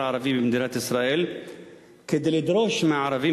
הערבי במדינת ישראל כדי לדרוש מהערבים,